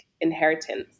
inheritance